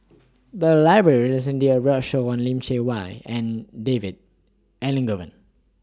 The Library recently did A roadshow on Lim Chee Wai and David Elangovan